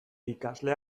ikasle